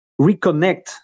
reconnect